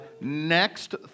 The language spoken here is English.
next